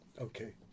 okay